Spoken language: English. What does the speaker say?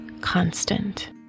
constant